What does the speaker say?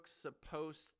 supposed